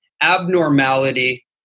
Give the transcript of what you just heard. abnormality